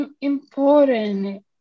important